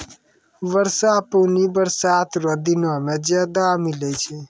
वर्षा पानी बरसात रो दिनो मे ज्यादा मिलै छै